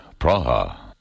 Praha